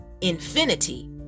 infinity